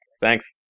Thanks